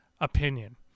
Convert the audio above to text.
opinion